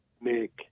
Nick